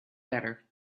better